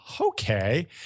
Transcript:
Okay